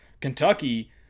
Kentucky